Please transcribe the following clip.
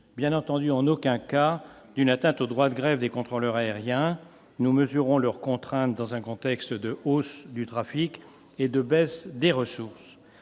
bien entendu, en aucun cas d'une atteinte au droit de grève des contrôleurs aériens, nous mesurons leurs contraintes dans un contexte de hausse du trafic et de baisse des ressources